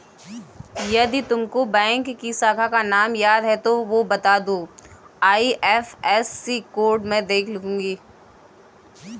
यदि तुमको बैंक की शाखा का नाम याद है तो वो बता दो, आई.एफ.एस.सी कोड में देख लूंगी